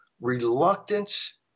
reluctance